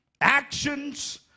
actions